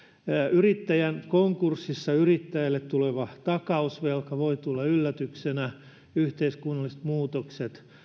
yrittäjän konkurssissa yrittäjälle tuleva takausvelka voi tulla yllätyksenä on yhteiskunnalliset muutokset